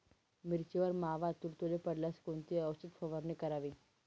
मिरचीवर मावा, तुडतुडे पडल्यास कोणती औषध फवारणी करावी?